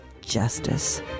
justice